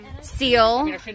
Seal